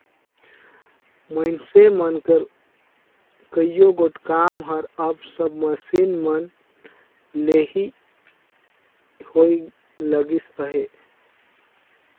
मइनसे मन कर कइयो गोट काम हर अब सब मसीन मन ले ही होए लगिस अहे